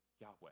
Yahweh